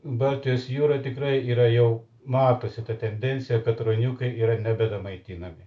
baltijos jūra tikrai yra jau matosi ta tendencija kad ruoniukai yra nebedamaitinami